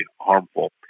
harmful